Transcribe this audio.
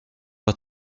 pas